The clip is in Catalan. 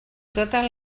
totes